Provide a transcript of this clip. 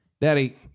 Daddy